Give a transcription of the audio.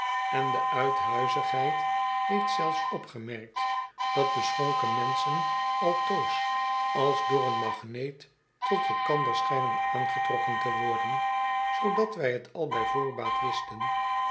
en de uithuizigheid heeft zelfs opgemerkt dat beschonken menschen altoos als door een magneet tot elkander schijnen aangetrokken te worden zoodat wij t al bij voorbaat wisten